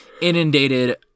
inundated